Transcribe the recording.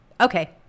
Okay